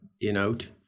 in-out